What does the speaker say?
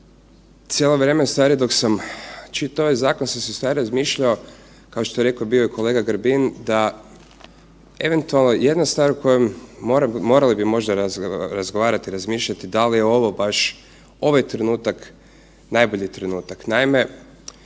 cijelo vrijeme dok sam čitao ovaj zakon sam se ustvari razmišljao kao što je rekao bio je kolega Grbin da eventualno jednu stvar o kojoj bi morali možda razgovarati, razmišljati da li je ovo baš ovaj trenutak najbolji trenutak.